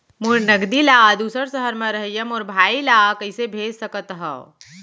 मोर नगदी ला दूसर सहर म रहइया मोर भाई ला कइसे भेज सकत हव?